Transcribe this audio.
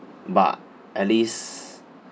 but at least